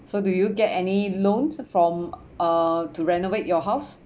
so do you get any loans from uh to renovate your house